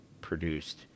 produced